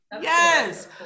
Yes